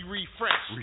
refresh